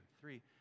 three